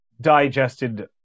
digested